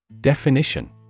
Definition